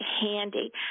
handy